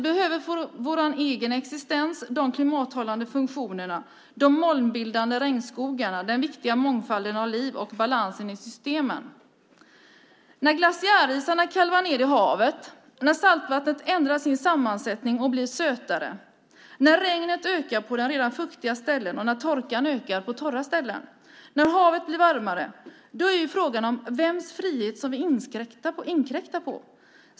För vår egen existens behöver vi de klimathållande funktionerna, de molnbildande regnskogarna, den viktiga mångfalden av liv och balansen i systemen. När glaciärisarna kalvar ned i havet, när saltvattnet ändrar sin sammansättning och blir sötare, när regnet ökar på redan fuktiga ställen, när torkan ökar på torra ställen, när havet blir varmare är frågan vems frihet som vi inkräktar på.